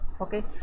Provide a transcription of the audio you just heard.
okay